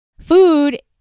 Food